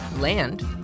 land